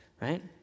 right